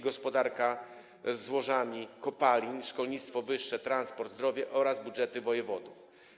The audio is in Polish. Gospodarka złożami kopalin, Szkolnictwo wyższe, Transport, Zdrowie oraz Budżety wojewodów.